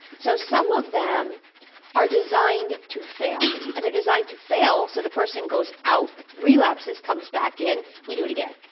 so some of them are designed to fail, and they're designed to fail so the person goes out, relapses, comes back in, and we do it again.